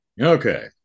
Okay